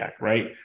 right